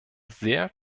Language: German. sehr